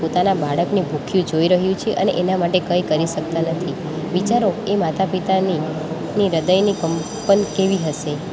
એક પોતાના બાળકને ભૂખ્યું જોઈ રહ્યું છે અને એના માટે કંઈ કરી શકતા નથી વિચારો તે માતા પિતાની હ્રદયની કંપન કેવી હશે